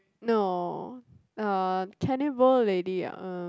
no uh cannibal lady uh